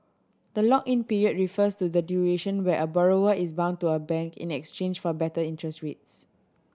the lock in period refers to the duration where a borrower is bound to a bank in exchange for better interest rates